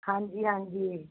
ਹਾਂਜੀ ਹਾਂਜੀ